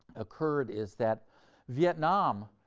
occurred is that vietnam,